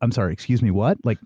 i'm sorry. excuse me. what? like